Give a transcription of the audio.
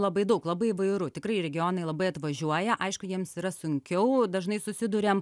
labai daug labai įvairu tikrai regionai labai atvažiuoja aišku jiems yra sunkiau dažnai susiduriam